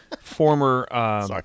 former